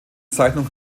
zeichnung